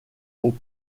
aux